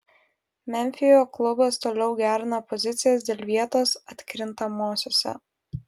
memfio klubas toliau gerina pozicijas dėl vietos atkrintamosiose